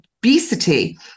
obesity